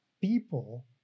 people